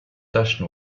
tache